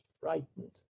frightened